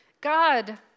God